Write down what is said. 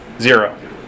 Zero